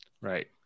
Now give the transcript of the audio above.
right